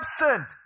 absent